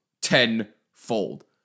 tenfold